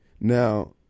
Now